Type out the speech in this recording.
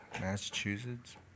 Massachusetts